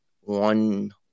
one